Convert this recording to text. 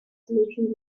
solutions